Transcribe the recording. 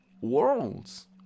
worlds